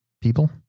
people